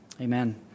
Amen